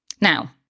Now